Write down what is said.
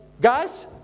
guys